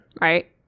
Right